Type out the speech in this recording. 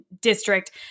district